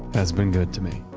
has been good to me.